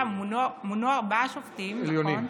אה, מונו ארבעה שופטים, נכון,